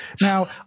now